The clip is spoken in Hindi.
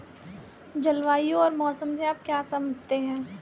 जलवायु और मौसम से आप क्या समझते हैं?